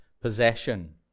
Possession